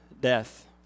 death